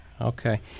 Okay